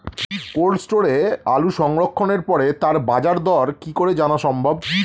Cold স্টোরে আলু সংরক্ষণের পরে তার বাজারদর কি করে জানা সম্ভব?